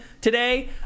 today